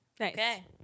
Okay